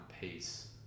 peace